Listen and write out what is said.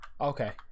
okay